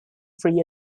free